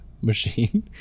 machine